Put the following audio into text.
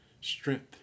strength